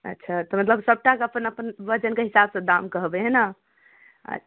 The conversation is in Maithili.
अच्छा तऽ मतलब सबटाके अपन अपन वजनके हिसाबसँ दाम कहबै हइ ने अच्छा